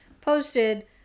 posted